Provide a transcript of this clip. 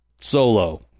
Solo